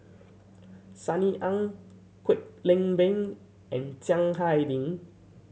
Sunny Ang Kwek Leng Beng and Chiang Hai Ding